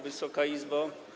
Wysoka Izbo!